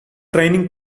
training